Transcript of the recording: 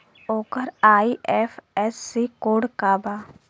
ओकर IFSC code का बा?